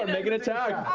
and make an attack.